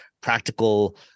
practical